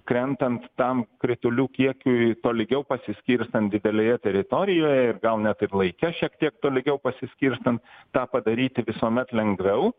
krentant tam kritulių kiekiui tolygiau pasiskirstant didelėje teritorijoje ir gal net ir laike šiek tiek tolygiau pasiskirstant tą padaryti visuomet lengviau